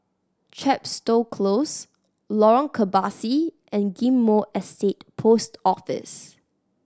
Chepstow Close Lorong Kebasi and Ghim Moh Estate Post Office